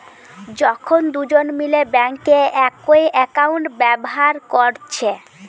যখন দুজন মিলে বেঙ্কে একই একাউন্ট ব্যাভার কোরছে